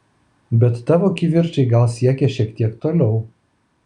bet tavo kivirčai gal siekė šiek tiek toliau